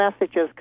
messages